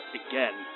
again